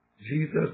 Jesus